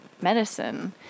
medicine